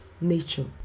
nature